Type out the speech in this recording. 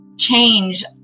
change